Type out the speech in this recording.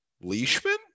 Leishman